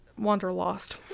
wanderlost